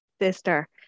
Sister